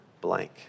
blank